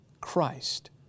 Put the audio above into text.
Christ